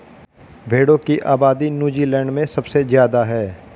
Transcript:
भेड़ों की आबादी नूज़ीलैण्ड में सबसे ज्यादा है